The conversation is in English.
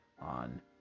On